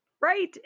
right